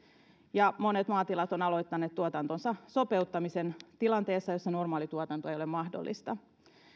monet maatilat ovat aloittaneet tuotantonsa sopeuttamisen tilanteessa jossa normaalituotanto ei ole mahdollista